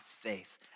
faith